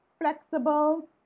flexible